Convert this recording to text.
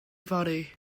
yfory